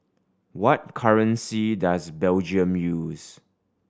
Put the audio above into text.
what currency does Belgium use